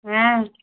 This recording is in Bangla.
হ্যাঁ